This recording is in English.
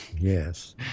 Yes